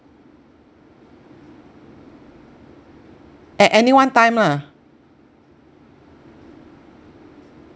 at any one time lah